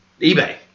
eBay